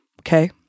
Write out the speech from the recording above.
Okay